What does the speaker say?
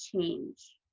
change